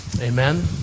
amen